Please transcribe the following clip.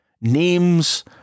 names